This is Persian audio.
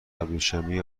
ابریشمی